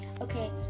Okay